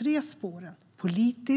När det gäller det politiska spåret är